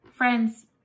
Friends